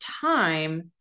time